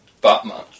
Batman